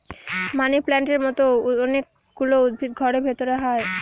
মানি প্লান্টের মতো অনেক গুলো উদ্ভিদ ঘরের ভেতরে হয়